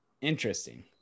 Interesting